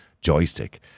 joystick